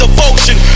Devotion